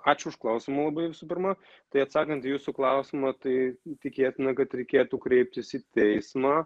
ačiū už klausimą labai visų pirma tai atsakant į jūsų klausimą tai tikėtina kad reikėtų kreiptis į teismą